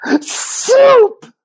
Soup